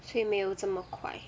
所以没有这么快